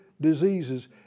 diseases